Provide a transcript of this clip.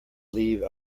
leave